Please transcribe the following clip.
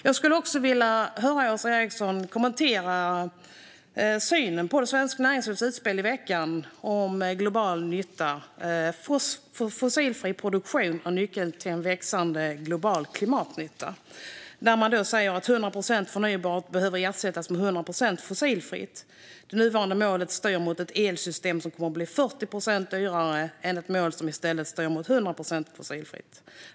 Jag skulle också vilja höra Åsa Eriksson kommentera synen på Svenskt Näringslivs utspel i veckan om fossilfri elproduktion som nyckeln till växande global klimatnytta. Man säger följande: "Målet om 100 procent förnybart behöver ersättas av 100 procent fossilfritt. Det nuvarande målet styr mot ett elsystem som kommer bli minst 40 procent dyrare än ett mål som istället styr mot 100 procent fossilfritt.